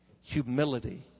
Humility